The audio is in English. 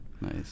Nice